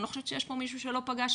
אני לא חושבת שיש פה מישהו שלא פגשתי,